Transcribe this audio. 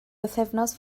bythefnos